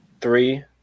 Three